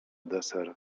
deser